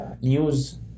news